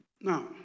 Now